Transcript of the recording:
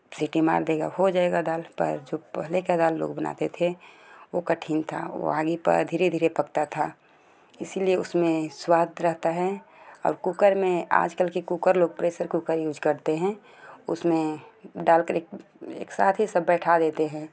सीटी मार देगा हो जाएगा दाल पहले का दाल लोग बनाते थे वो कठिन था वो हांडी पर धीरे धीरे पकता था इसलिए उसमें स्वाद रहता है और कुकर में आजकल के कुकर लोग प्रेसर कुकर यूज करते हैं उसमें दाल के लिए एक साथ ही सब बैठा देते हैं